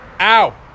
ow